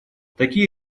такие